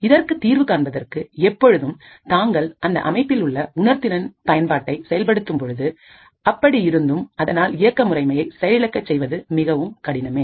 இதற்கு தீர்வு காண்பதற்கு எப்பொழுது தாங்கள் அந்த அமைப்பில் உள்ள உணர்திறன் பயன்பாட்டை செயல்படுத்தும் பொழுது அப்படி இருந்தும் அதனால் இயக்க முறைமையை செயலிழக்க செய்வது மிகவும் கடினமே